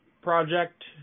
project